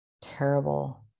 terrible